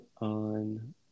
on